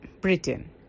Britain